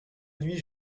nuit